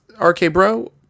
RK-Bro